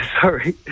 sorry